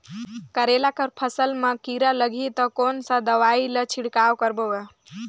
करेला कर फसल मा कीरा लगही ता कौन सा दवाई ला छिड़काव करबो गा?